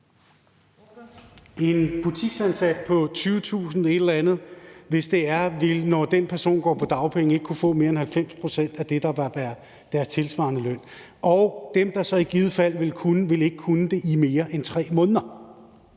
En butiksansat, der får lidt over 20.000 kr., vil, når den person går på dagpenge, ikke kunne få mere end 90 pct. af det, der bør være den tilsvarende løn, og dem, der så i givet fald ville kunne, ville ikke kunne det i mere end 3 måneder.